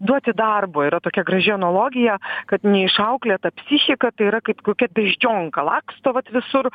duoti darbo yra tokia graži analogija kad neišauklėta psichika tai yra kaip kokia beždžionka laksto vat visur